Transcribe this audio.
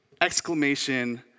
exclamation